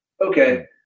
Okay